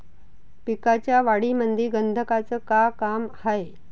पिकाच्या वाढीमंदी गंधकाचं का काम हाये?